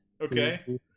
Okay